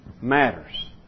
matters